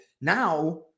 now